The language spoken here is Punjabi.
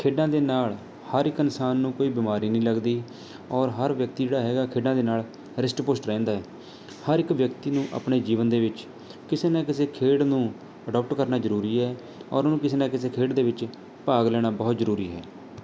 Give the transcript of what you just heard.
ਖੇਡਾਂ ਦੇ ਨਾਲ ਹਰ ਇੱਕ ਇਨਸਾਨ ਨੂੰ ਕੋਈ ਬਿਮਾਰੀ ਨਹੀਂ ਲੱਗਦੀ ਔਰ ਹਰ ਵਿਅਕਤੀ ਜਿਹੜਾ ਹੈਗਾ ਖੇਡਾਂ ਦੇ ਨਾਲ ਰਿਸ਼ਟ ਪੁਸ਼ਟ ਰਹਿੰਦਾ ਹਰ ਇੱਕ ਵਿਅਕਤੀ ਨੂੰ ਆਪਣੇ ਜੀਵਨ ਦੇ ਵਿੱਚ ਕਿਸੇ ਨਾ ਕਿਸੇ ਖੇਡ ਨੂੰ ਅਡੋਪਟ ਕਰਨਾ ਜ਼ਰੂਰੀ ਹੈ ਔਰ ਉਹਨੂੰ ਕਿਸੇ ਨਾ ਕਿਸੇ ਖੇਡ ਦੇ ਵਿੱਚ ਭਾਗ ਲੈਣਾ ਬਹੁਤ ਜ਼ਰੂਰੀ ਹੈ